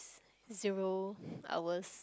zero I was